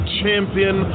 champion